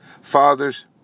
fathers